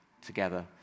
together